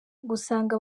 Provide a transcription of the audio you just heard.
gusanga